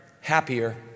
happier